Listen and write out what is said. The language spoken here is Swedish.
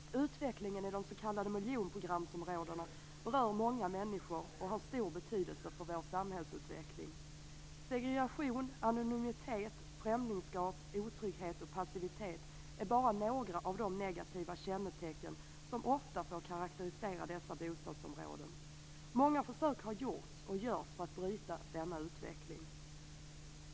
Fru talman! Utvecklingen i de s.k. miljonprogramsområdena berör många människor och har stor betydelse för vår samhällsutveckling. Segregation, anonymitet, främlingskap, otrygghet och passivitet är bara några av de negativa kännetecken som ofta får karakterisera dessa bostadsområden. Många försök har gjorts och görs för att bryta denna utveckling.